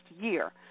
year